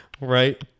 right